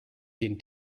den